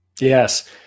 Yes